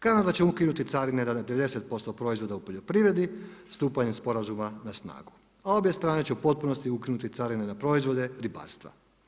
Kanada će ukinuti carine na 90% proizvoda u poljoprivredi stupanjem sporazuma na snagu, a obje strane će u potpunosti ukinute carine na proizvode ribarstva.